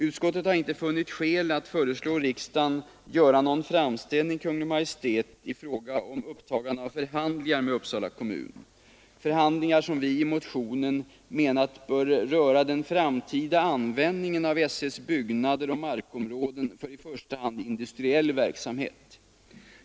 Utskottet har inte funnit skäl att föreslå riksdagen att göra någon framställning till Kungl. Maj:t i fråga om upptagande av förhandlingar med Uppsala kommun — förhandlingar som vi i motionen menat bör röra den framtida användningen av S1:s byggnader och markområden för i första hand industriell verksamhet.